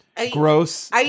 Gross